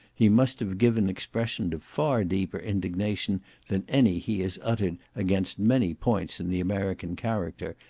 he must have given expression to far deeper indignation than any he has uttered against many points in the american character,